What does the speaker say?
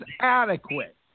adequate